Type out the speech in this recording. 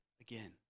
again